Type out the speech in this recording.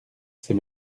c’est